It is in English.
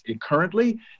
currently